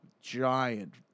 giant